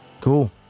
Cool